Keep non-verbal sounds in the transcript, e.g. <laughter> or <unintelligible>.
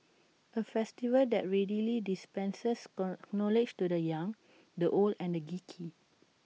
A festival that readily dispenses <unintelligible> knowledge to the young the old and the geeky